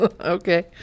Okay